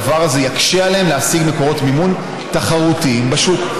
הדבר הזה יקשה עליהם להשיג מקורות מימון תחרותיים בשוק.